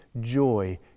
joy